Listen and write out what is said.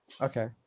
Okay